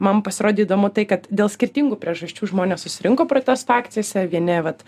man pasirodė įdomu tai kad dėl skirtingų priežasčių žmonės susirinko protesto akcijose vieni vat